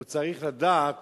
הוא צריך לדעת